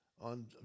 on